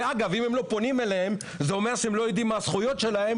ואם הם לא פונים אליהם זה אומר שהם לא יודעים מה הזכויות שלהם